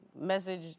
message